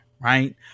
Right